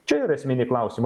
čia yra esminiai klausimai